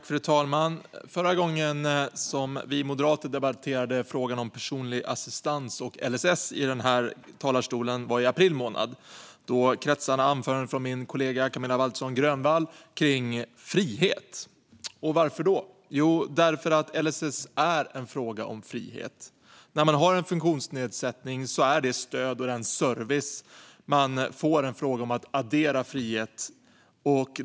Fru talman! Förra gången vi moderater stod i den här talarstolen och debatterade frågan om personlig assistans och LSS var i april månad. Då kretsade anförandet från min kollega Camilla Waltersson Grönvall kring frihet. Varför då? Jo, för att LSS är en fråga om frihet. När man har en funktionsnedsättning är det stöd och den service man får en fråga om att addera frihet.